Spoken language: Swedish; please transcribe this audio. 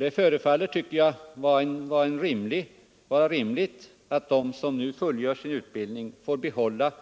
Det förefaller vara rimligt att de som nu fullgör sin utbildning får behålla